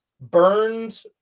burned